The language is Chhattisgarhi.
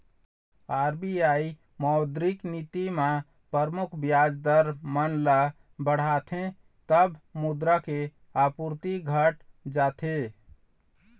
आर.बी.आई मौद्रिक नीति म परमुख बियाज दर मन ल बढ़ाथे तब मुद्रा के आपूरति घट जाथे